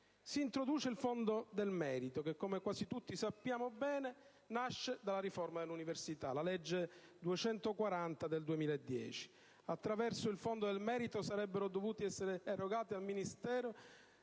si introduce il Fondo per il merito che, come quasi tutti sappiamo bene, nasce dalla riforma dell'università, in base alla legge n. 240 del 2010. Attraverso il Fondo per il merito si sarebbero dovuti erogare dal Ministero